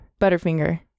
butterfinger